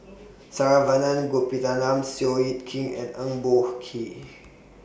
Saravanan Gopinathan Seow Yit Kin and Eng Boh Kee